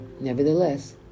Nevertheless